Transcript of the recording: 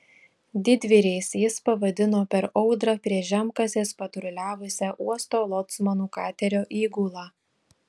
didvyriais jis pavadino per audrą prie žemkasės patruliavusią uosto locmanų katerio įgulą